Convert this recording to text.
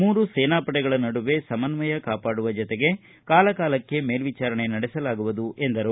ಮೂರು ಸೇನಾಪಡೆಗಳ ನಡುವೆ ಸಮನ್ನಯ ಕಾಪಾಡುವ ಜೊತೆಗೆ ಕಾಲಕಾಲಕ್ಕೆ ಮೇಲ್ವಿಚಾರಣೆ ನಡೆಸಲಾಗುವುದು ಎಂದು ತಿಳಿಸಿದರು